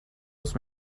los